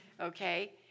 okay